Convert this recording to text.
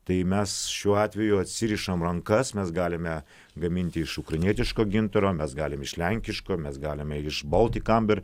tai mes šiuo atveju atsirišame rankas mes galime gaminti iš ukrainietiško gintaro mes galim iš lenkiško mes galime iš boltik amber